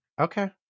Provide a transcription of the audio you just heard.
Okay